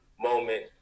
moment